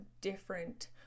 different